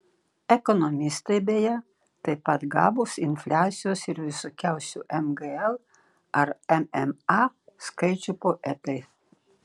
ekonomistai beje taip pat gabūs infliacijos ir visokiausių mgl ar mma skaičių poetai